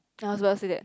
I was about to say that